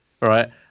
Right